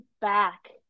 back